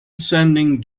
sending